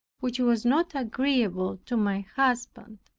which was not agreeable to my husband.